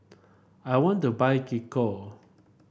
I want to buy Gingko